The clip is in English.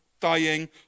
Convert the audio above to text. dying